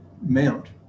mount